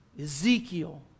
Ezekiel